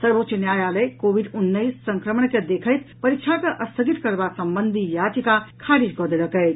सर्वोच्च न्यायालय कोविड उन्नैस संक्रमण के देखैत परीक्षा के स्थगित करबा संबंधी याचिका खारिज कऽ देलक अछि